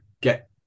get